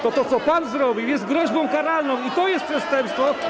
to to, co pan zrobił, jest groźbą karalną i to jest przestępstwo.